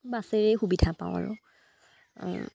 বাছেৰেই সুবিধা পাওঁ আৰু